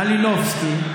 מלינובסקי.